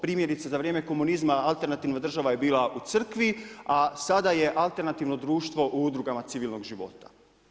Primjerice za vrijeme komunizma, alternativna država je bila u crkvi, a sada je alternativno društvo u udrugama civilnog života.